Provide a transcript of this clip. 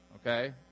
Okay